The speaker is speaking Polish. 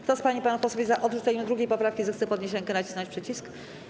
Kto z pań i panów posłów jest za odrzuceniem 2. poprawki, zechce podnieść rękę i nacisnąć przycisk.